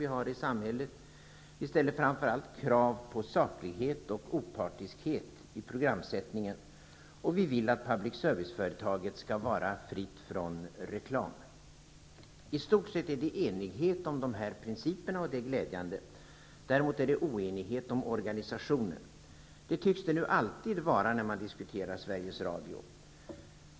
Vi ställer framför allt krav på saklighet och opartiskhet i programsättningen. Vi vill att public service-företaget skall vara fritt från reklam. I stort sett råder enighet om dessa principer. Det är glädjande. Däremot råder oenighet om organisationen. Det tycks det nu alltid vara när man diskuterar Sveriges Radio.